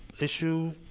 issue